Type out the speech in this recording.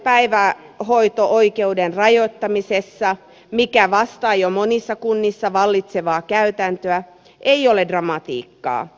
subjektiivisen päivähoito oikeuden rajoittamisessa mikä vastaa jo monissa kunnissa vallitsevaa käytäntöä ei ole dramatiikkaa